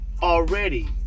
already